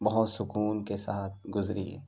بہت سکون کے ساتھ گزری